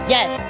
Yes